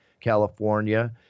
California